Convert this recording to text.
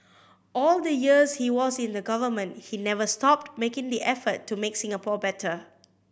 all the years he was in the government he never stopped making the effort to make Singapore better